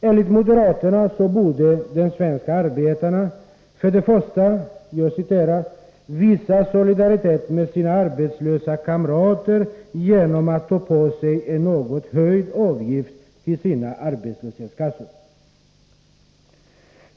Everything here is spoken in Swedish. Enligt moderaterna borde de svenska arbetarna för det första ”visa solidaritet med sina arbetslösa kamrater genom att ta på sig en något höjd avgift till sina arbetslöshetskassor”.